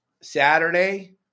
Saturday